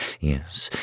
yes